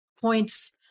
points